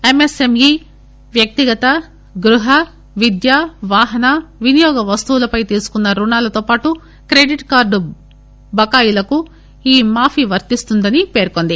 MSME వ్యక్తిగత గృహ విద్య వాహన వినియోగ వస్తువులపై తీసుకున్న రుణాలతో పాటు క్రెడిట్ కార్గు బకాయిలకు ఈ మాఫీ వర్తిస్తుందని పేర్కొంది